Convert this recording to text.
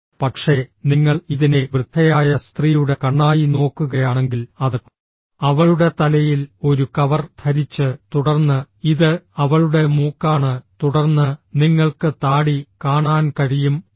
പക്ഷേ നിങ്ങൾ ഇതിനെ വൃദ്ധയായ സ്ത്രീയുടെ കണ്ണായി നോക്കുകയാണെങ്കിൽ അത് അവളുടെ തലയിൽ ഒരു കവർ ധരിച്ച് തുടർന്ന് ഇത് അവളുടെ മൂക്കാണ് തുടർന്ന് നിങ്ങൾക്ക് താടി കാണാൻ കഴിയും ഇവിടെ